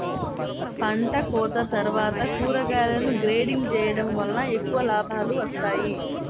పంటకోత తర్వాత కూరగాయలను గ్రేడింగ్ చేయడం వలన ఎక్కువ లాభాలు వస్తాయి